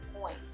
point